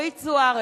מצביע אורית זוארץ,